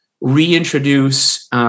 reintroduce